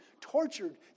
tortured